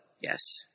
yes